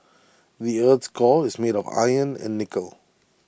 the Earth's core is made of iron and nickel